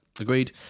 agreed